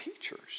teachers